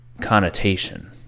connotation